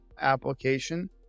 application